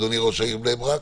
אדוני ראש העיר בני ברק,